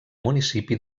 municipi